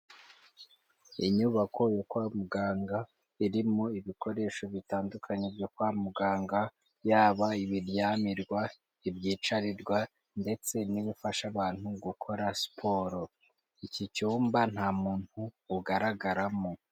Inyubako yo kwa muganga, irimo ibikoresho bitandukanye byo kwa muganga, yaba ibiryamirwa, ibyicarirwa ndetse n'ibifasha abantu gukora siporo, iki cyumba nta muntu ugaragaramo.